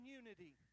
unity